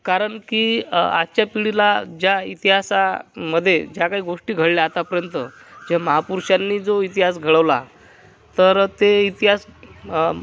कारण की आजच्या पिढीला ज्या इतिहासामध्ये ज्या काही गोष्टी घडल्या आतापर्यंत जे महापुरुषांनी जो इतिहास घडवला तर ते इतिहास